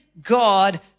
God